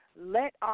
let